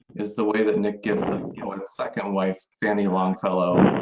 is the way that nick gives the second wife, fanny longfellow,